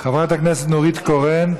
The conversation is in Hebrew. חברת הכנסת נורית קורן.